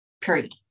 Period